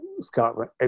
Scotland